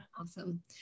Awesome